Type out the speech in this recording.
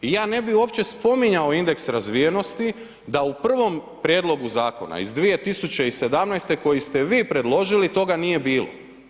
I ja ne bi uopće spominjao indeks razvijenosti da u prvom prijedlogu zakona iz 2017. koji ste vi predložili toga nije bilo.